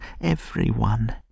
everyone